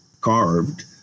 carved